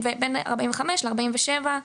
זה נשאר בטווח של בין 45% ל-47%.